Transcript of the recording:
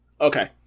okay